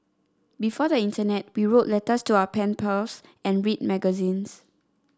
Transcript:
before the internet we wrote letters to our pen pals and read magazines